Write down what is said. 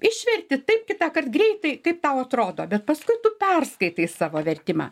išverti taip kitąkart greitai kaip tau atrodo bet paskui tu perskaitai savo vertimą